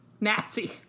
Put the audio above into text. Nazi